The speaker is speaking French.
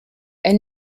elle